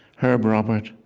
herb robert,